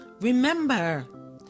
Remember